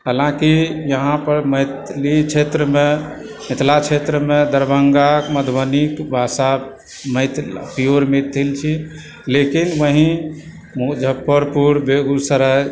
हालाँकि यहाँ पर मैथिली क्षेत्रमे मिथिला क्षेत्रमे दरभङ्गा मधुबनीके भाषा प्योर मैथिल छी लेकिन वही मुजफ्फरपुर बेगुसराय